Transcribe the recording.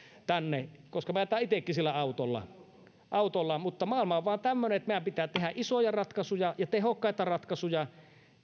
tänne koska me ajamme itsekin sillä autolla mutta maailma on vaan tämmöinen että meidän pitää tehdä isoja ratkaisuja ja tehokkaita ratkaisuja